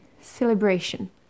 celebration